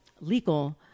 legal